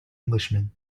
englishman